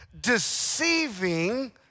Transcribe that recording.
deceiving